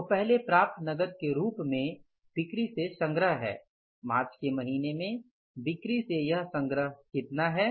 तो पहले प्राप्त नकद के रूप में बिक्री से संग्रह है मार्च के महीने में बिक्री से संग्रह कितना है